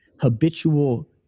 habitual